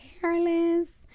careless